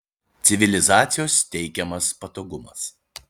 civilizacijos teikiamas patogumas